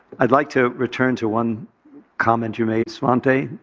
i'd like to return to one comment you made, svante.